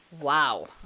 Wow